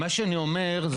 מה שאני אומר,